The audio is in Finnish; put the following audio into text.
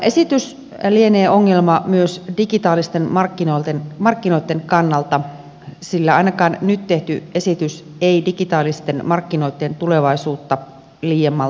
esitys lienee ongelma myös digitaalisten markkinoitten kannalta sillä ainakaan nyt tehty esitys ei digitaalisten markkinoitten tulevaisuutta liiemmälti pohdi